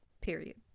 period